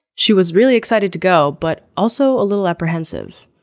she was really excited to go but also a little apprehensive.